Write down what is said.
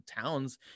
towns